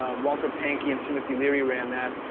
ah walter pahnke and timothy leery ran that.